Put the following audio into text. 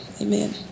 Amen